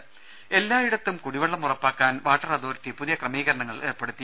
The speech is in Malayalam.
രമേ എല്ലായിടത്തും കുടിവെള്ളം ഉറപ്പാക്കാൻ വാട്ടർ അതോറിറ്റി പുതിയ ക്രമീകരണങ്ങൾ ഏർപ്പെടുത്തി